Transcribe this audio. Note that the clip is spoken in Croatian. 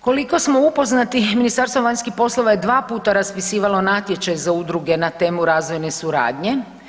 Koliko smo upoznati Ministarstvo vanjskih poslova je dva puta raspisivalo natječaj za udruge na temu razvojne suradnje.